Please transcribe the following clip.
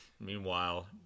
Meanwhile